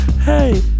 Hey